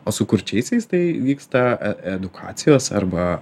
o su kurčiaisiais tai vyksta e edukacijos arba